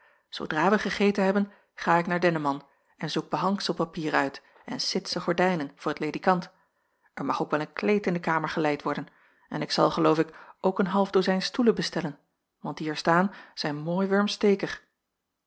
zoodra wij gegeten hebben ga ik naar denneman en zoek behangselpapier uit en citsche gordijnen voor t ledikant er mag ook wel een kleed in de kamer geleid worden en ik zal geloof ik ook een half dozijn stoelen bestellen want die er staan zijn mooi